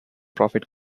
profit